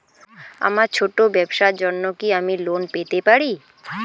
আমার ছোট্ট ব্যাবসার জন্য কি আমি লোন পেতে পারি?